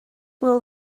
will